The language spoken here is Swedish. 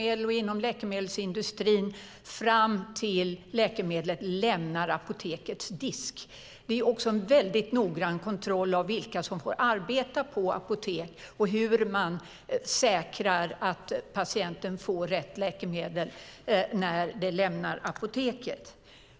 i läkemedelsindustrin fram till dess läkemedlet lämnar apotekets disk. Det är också en väldigt noggrann kontroll av vilka som får arbeta på apotek och hur man säkrar att patienten får rätt läkemedel på apoteket.